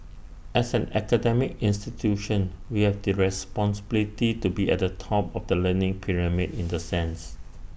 as an academic institution we have the responsibility to be at the top of the learning pyramid in the sense